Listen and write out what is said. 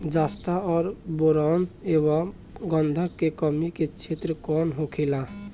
जस्ता और बोरान एंव गंधक के कमी के क्षेत्र कौन होखेला?